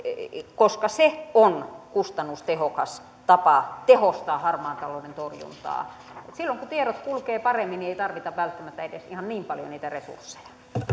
koska se on kustannustehokas tapa tehostaa harmaan talouden torjuntaa silloin kun tiedot kulkevat paremmin ei ei tarvita välttämättä edes ihan niin paljon niitä resursseja